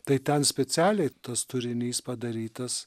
tai ten specialiai tas turinys padarytas